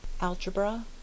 algebra